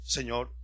Señor